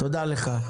תודה לך.